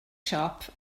siop